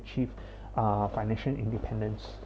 achieve uh financial independence